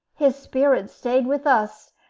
his spirit stayed with us.